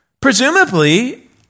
Presumably